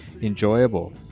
enjoyable